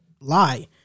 lie